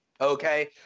okay